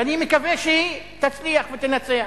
ואני מקווה שהיא תצליח ותנצח.